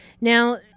Now